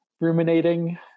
ruminating